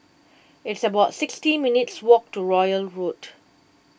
it's about sixty minutes' walk to Royal Road